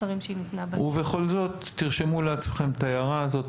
שרים שניתנה --- ובכל זאת תרשמו לעצמכם את ההערה הזאת.